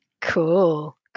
Cool